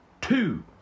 two